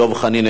דב חנין,